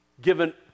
given